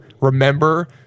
Remember